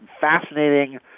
fascinating